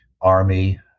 Army